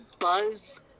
Buzz